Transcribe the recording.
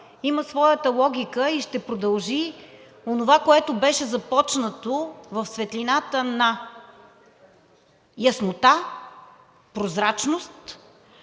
има своята логика. Тя ще продължи онова, което беше започнато в светлината на яснота, прозрачност,